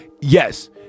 Yes